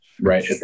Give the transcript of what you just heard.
right